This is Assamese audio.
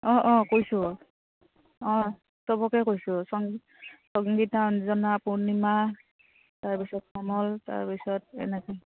অঁ অঁ কৈছোঁ অঁ চবকে কৈছোঁ সংগীতা অঞ্জনা পূৰ্ণিমা তাৰপিছত কমল তাৰপিছত এনেকে